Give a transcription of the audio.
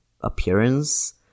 appearance